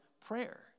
prayer